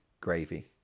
gravy